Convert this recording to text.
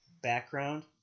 background